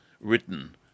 written